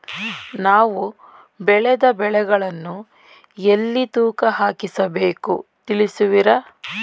ನಾವು ಬೆಳೆದ ಬೆಳೆಗಳನ್ನು ಎಲ್ಲಿ ತೂಕ ಹಾಕಿಸ ಬೇಕು ತಿಳಿಸುವಿರಾ?